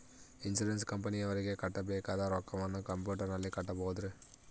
Insurance ಕಂಪನಿಯವರಿಗೆ ಕಟ್ಟಬೇಕಾದ ರೊಕ್ಕವನ್ನು ಕಂಪ್ಯೂಟರನಲ್ಲಿ ಕಟ್ಟಬಹುದ್ರಿ?